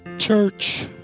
church